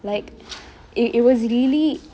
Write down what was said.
like it it was really